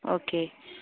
okay